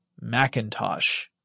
Macintosh